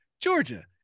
Georgia